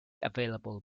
available